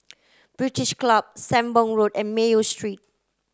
British Club Sembong Road and Mayo Street